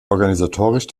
organisatorisch